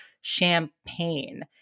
champagne